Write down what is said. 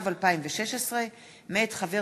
יצחק